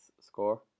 score